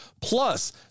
Plus